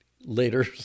later